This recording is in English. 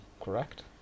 correct